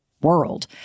world